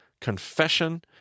confession